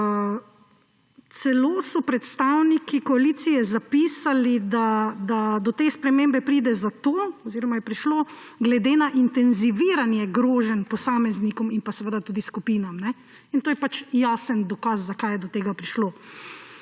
Celo so predstavniki koalicije zapisali, da do te spremembe pride zato oziroma je prišlo, glede na intenziviranje groženj posameznikom in tudi skupinam. To je jasen dokaz, zakaj je do tega prišlo.